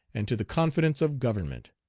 and to the confidence of government.